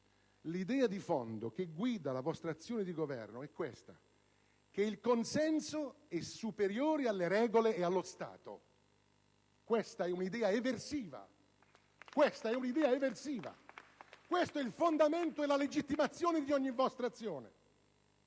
l'idea di fondo che guida la vostra azione di governo è che il consenso è superiore alle regole e allo Stato. Questa è un'idea eversiva *(Applausi dal Gruppo PD)*, questo è il fondamento e la legittimazione di ogni vostra azione!